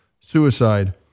suicide